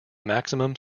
maximum